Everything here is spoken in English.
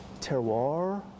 terroir